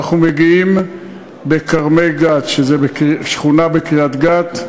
אנחנו מגיעים בכרמי-גת, שזו שכונה בקריית-גת,